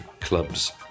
clubs